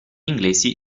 inglesi